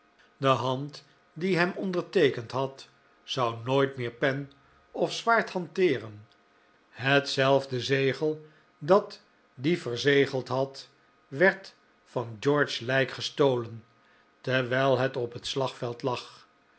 de hand die hem onderteekend had zou nooit meer pen of zwaard hanteeren hetzelfde zegel dat dien verzegeld had werd van george's lijk gestolen terwijl het op het slagveld lag